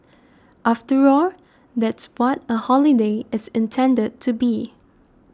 after all that's what a holiday is intended to be